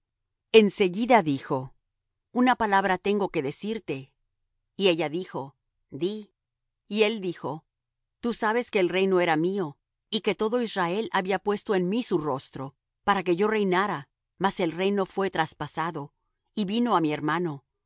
en seguida dijo una palabra tengo que decirte y ella dijo di y él dijo tú sabes que el reino era mío y que todo israel había puesto en mí su rostro para que yo reinara mas el reino fué traspasado y vino á mi hermano